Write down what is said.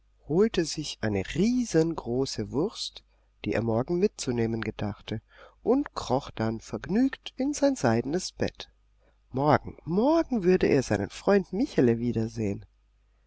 holte sich eine riesengroße wurst die er morgen mitzunehmen gedachte und kroch dann vergnügt in sein seidenes bett morgen morgen würde er seinen freund michele wiedersehen